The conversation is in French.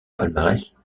palmarès